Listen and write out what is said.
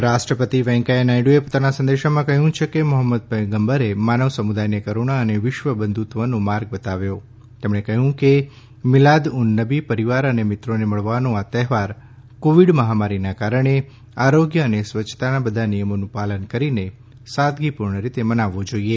ઉપરરાષ્ટ્રપતિ વૈકૈયા નાયડુએ પોતાનાં સંદેશમાં કહ્યું છેકે મોફમ્મદ પયગંબરે માનવ સમુદાયને કરુણા અને વિશ્વ બંધુત્તવનો માર્ગ બતાવ્યો તેમણે કહ્યું કે મિલાદ ઉન નબી પરિવાર અને મિત્રોને મળવાનો આ તહેવાર કોવિડ મહામારીનાં કારણે આરોગ્ય અને સ્વચ્છતાનાં બધા નિયમોનું પાલન કરીને સાદગીપૂર્ણ રીતે મનાવવો જોઈએ